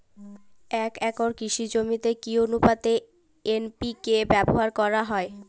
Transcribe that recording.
এক একর কৃষি জমিতে কি আনুপাতে এন.পি.কে ব্যবহার করা হয়?